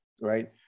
Right